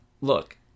look